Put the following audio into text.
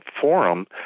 forum